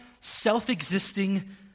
self-existing